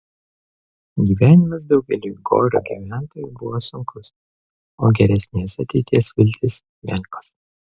gyvenimas daugeliui gorio gyventojų buvo sunkus o geresnės ateities viltys menkos